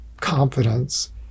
confidence